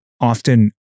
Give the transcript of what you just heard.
often